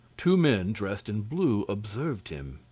two men dressed in blue observed him.